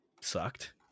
sucked